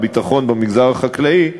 הביטחון האמיתי שיש לנו, גם הכלכלי,